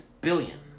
billion